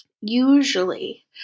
usually